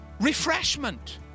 refreshment